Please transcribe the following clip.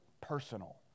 personal